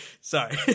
Sorry